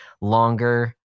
longer